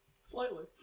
Slightly